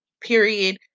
period